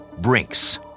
Brinks